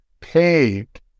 paved